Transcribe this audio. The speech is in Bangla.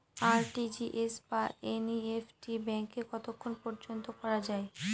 আর.টি.জি.এস বা এন.ই.এফ.টি ব্যাংকে কতক্ষণ পর্যন্ত করা যায়?